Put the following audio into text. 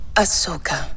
Ahsoka